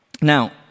Now